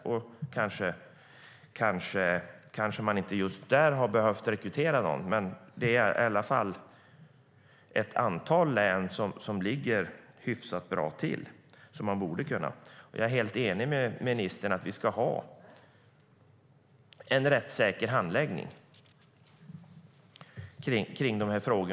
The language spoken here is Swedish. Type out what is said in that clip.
Man kanske just där inte har behövt rekrytera personal, men det är i alla fall ett antal län som ligger hyfsat bra till. Jag är helt enig med ministern om att vi ska ha en rättssäker handläggning kring dessa frågor.